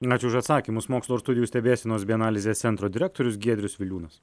ačiū už atsakymus mokslo ir studijų stebėsenos bei analizės centro direktorius giedrius viliūnas